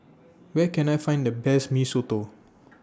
Where Can I Find The Best Mee Soto